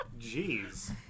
Jeez